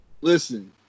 listen